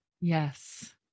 yes